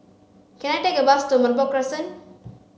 can I take a bus to Merbok Crescent